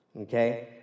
Okay